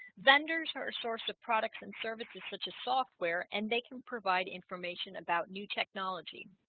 vendors are a source of products and services such as software and they can provide information about new technology